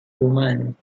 woman